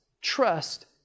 trust